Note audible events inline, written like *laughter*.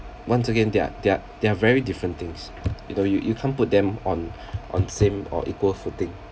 once again they're they're they're very different things you know you you can't put them on *breath* on same or equal footing